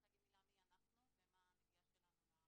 קודם אני רוצה להגיד מילה מי אנחנו מה הנגיעה שלנו לנושא.